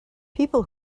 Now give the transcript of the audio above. people